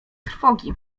trwogi